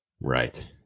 Right